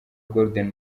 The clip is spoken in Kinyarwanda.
golden